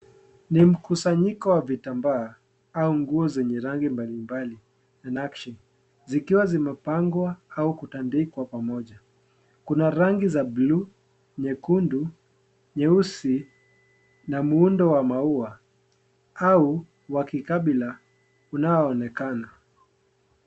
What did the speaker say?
Ni mkusanyiko wa vitambaa au nguo zenye rangi mbali mbali anakshi zikiwa zimepangwa au kutandikwa pamoja. Kuna rangi za blue nyekundu nyeusi na muundo wa maua au wa kikabila, unaoonekana.